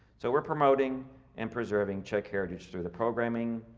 so we're promoting and preserving czech heritage through the programming.